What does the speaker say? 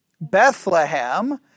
Bethlehem